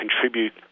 contribute